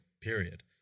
period